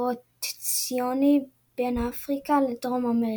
רוטציוני בין אפריקה לדרום אמריקה.